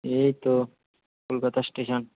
এই তো কলকাতা স্টেশন